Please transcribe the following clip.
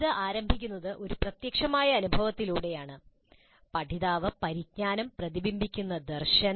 ഇത് ആരംഭിക്കുന്നത് ഒരു പ്രത്യക്ഷമായ അനുഭവത്തിലൂടെയാണ് പഠിതാവ് പരിജ്ഞാനം പ്രതിബിംബിക്കുന്ന ദർശനം